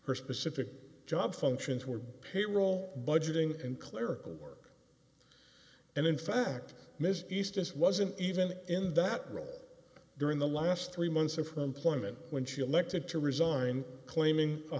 her specific job functions were payroll budgeting and clerical work and in fact ms east is wasn't even in that role during the last three months of whom plummet when she elected to resign claiming a